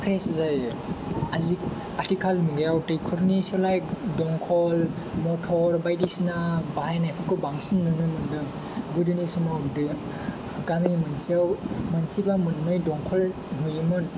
Friis जायो आजि आथिखाल मुगायाव दैखरनि सोलाय दंखल मटर बायदिसिना बाहायनायफोरखौ बांसिन नुनोमोन्दों गोदोनि समाव दैया गामि मोनसेयाव मोनसेबा मोननै दंखल नुयोमोन